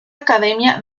academia